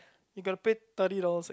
you gotta pay thirty dollars extra